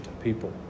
people